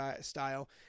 style